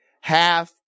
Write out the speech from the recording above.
half